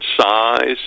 size